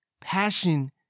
Passion